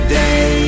day